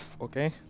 Okay